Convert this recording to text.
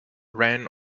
ran